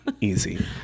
easy